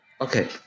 Okay